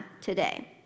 today